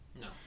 No